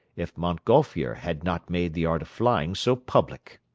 if montgolfier had not made the art of flying so public.